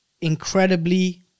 Incredibly